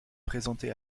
présenté